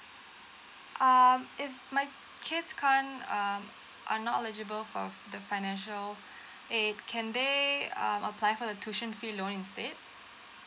uh if my kids can't uh are not eligible for the financial aid can they um apply for the tuition fee loan instead